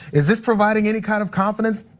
is this providing any kind of confidence?